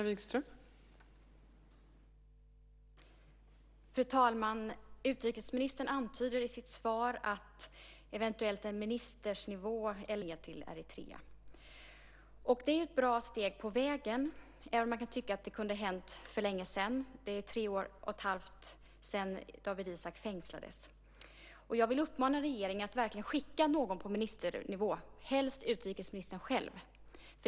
Fru talman! Utrikesministern antyder i sitt svar att någon på ministernivå eller statssekreterarnivå eventuellt kan tänkas åka ned till Eritrea. Det är ett bra steg på vägen, även om man kan tycka att det kunde ha hänt för länge sedan. Det är tre och ett halvt år sedan Dawit Isaak fängslades. Jag vill uppmana regeringen att verkligen skicka någon på ministernivå, helst utrikesministern själv.